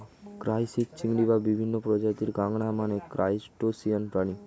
crisis, চিংড়ি, বিভিন্ন প্রজাতির কাঁকড়া মানে ক্রাসটেসিয়ান প্রাণী